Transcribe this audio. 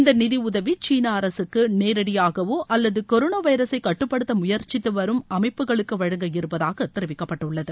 இந்த நிதி உதவி சீன அரசுக்கு நேரடியாகவோ அல்லது கொரோனா வைரஸை கட்டுப்படுத்த முயற்சித்து வரும் அமைப்புகளுக்கு வழங்க இருப்பதாக தெரிவிக்கப்பட்டுள்ளது